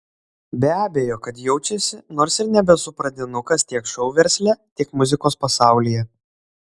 be abejo kad jaučiasi nors ir nebesu pradinukas tiek šou versle tiek muzikos pasaulyje